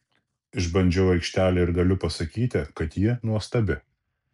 išbandžiau aikštelę ir galiu pasakyti kad ji nuostabi